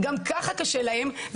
גם ככה קשה להם,